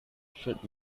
should